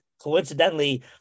coincidentally